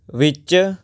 ਵਿੱਚ